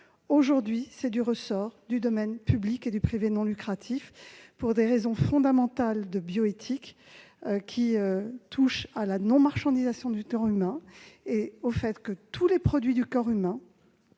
aujourd'hui du ressort du secteur public et du privé non lucratif, pour des raisons fondamentales de bioéthique, en particulier la non-marchandisation du corps humain et de tous les produits du corps humain,